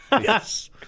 Yes